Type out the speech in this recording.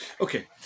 okay